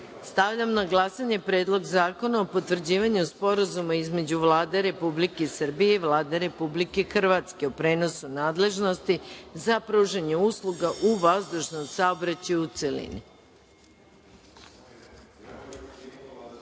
zakona. Stavljam na glasanje Predlog zakona o potvrđivanju Sporazuma između Vlade Republike Srbije i Vlade Republike Hrvatske o prenosu nadležnosti za pružanje usluga u vazdušnom saobraćaju, u